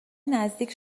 نزدیک